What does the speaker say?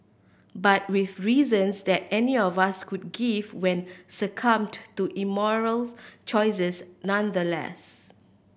but with reasons that any of us could give when succumbed to immoral choices nonetheless